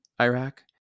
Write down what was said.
iraq